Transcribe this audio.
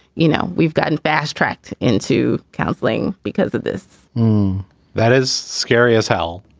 you know, we've gotten fast tracked into counseling because of this that is scary as hell.